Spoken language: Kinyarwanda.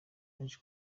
yaje